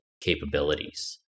capabilities